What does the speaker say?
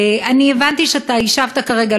הבנתי שהשבת כרגע,